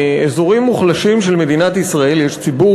באזורים מוחלשים של מדינת ישראל יש ציבור